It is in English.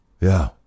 Yeah